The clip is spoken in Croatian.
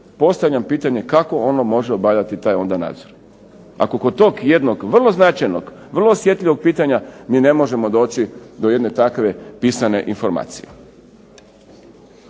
Postavljam pitanje kako ono može obavljati taj onda nadzor ako kod tog jednog vrlo značajnog, vrlo osjetljivog pitanja mi ne možemo doći do jedne takve pisane informacije.